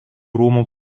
rūmų